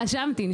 רשמתי.